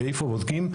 ואיפה בודקים?